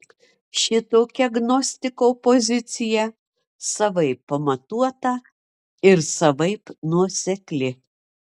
šitokia gnostiko pozicija savaip pamatuota ir savaip nuosekli